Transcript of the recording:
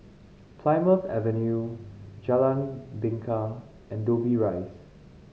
Plymouth Avenue Jalan Bingka and Dobbie Rise